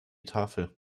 tafel